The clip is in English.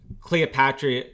Cleopatra